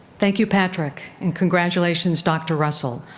thank you patrick and congratulations dr. russell.